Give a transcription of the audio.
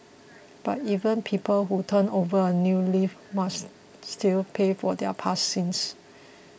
but even people who turn over a new leaf must still pay for their past sins